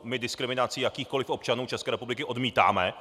My diskriminaci jakýchkoli občanů České republiky odmítáme!